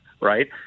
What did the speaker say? right